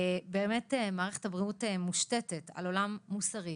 באמת מערכת הבריאות מושתתת על עולם מוסרי,